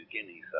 Guinea